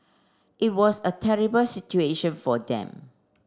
it was a terrible situation for them